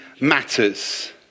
matters